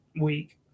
week